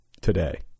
today